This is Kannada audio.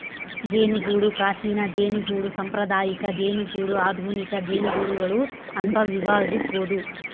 ಜೇನುಗೂಡು ಪ್ರಾಚೀನ ಜೇನುಗೂಡು ಸಾಂಪ್ರದಾಯಿಕ ಜೇನುಗೂಡು ಆಧುನಿಕ ಜೇನುಗೂಡುಗಳು ಅಂತ ವಿಭಜಿಸ್ಬೋದು